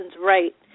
right